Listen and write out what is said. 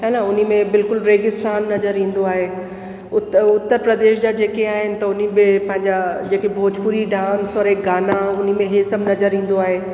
है न उन्हीअ में बिल्कुलु रेगिस्तान नज़र ईंदो आहे उत उत्तर प्रदेश जा जेके आहिनि त उन में पंहिंजा जेके भोजपुरी डांस और हे गाना उन में हे सभु नज़र ईंदो आहे